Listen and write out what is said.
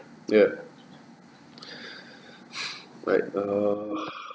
yup right err